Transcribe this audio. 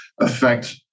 affect